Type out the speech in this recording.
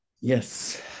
Yes